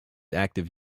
active